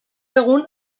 egun